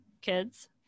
kids